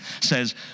says